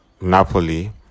Napoli